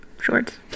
shorts